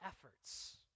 efforts